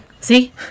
See